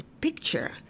picture